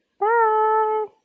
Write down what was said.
Bye